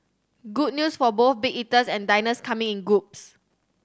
good news for both big eaters and diners coming in groups